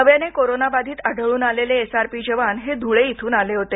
नव्याने कोरोनाबाधित आढळून आलेले एसआरपी जवान हे धूळे इथून आले होते